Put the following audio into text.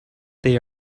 they